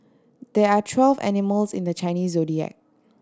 there are twelve animals in the Chinese Zodiac